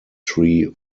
tree